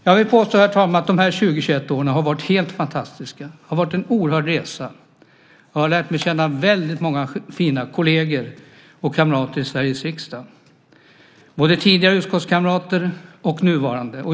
Jag vill påstå, herr talman, att de här 20 åren har varit helt fantastiska. Det har varit en oerhörd resa. Jag har lärt känna väldigt många fina kolleger och kamrater i Sveriges riksdag, både tidigare utskottskamrater och nuvarande.